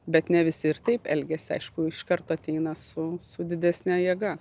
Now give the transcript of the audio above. bet ne visi ir taip elgiasi aišku iš karto ateina su su didesne jėga